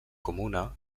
comuna